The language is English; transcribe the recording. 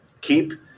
Keep